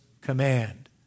command